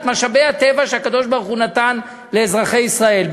את משאבי הטבע שהקדוש-ברוך-הוא נתן לאזרחי ישראל,